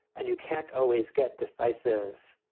and you can't always get decisive,